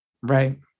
right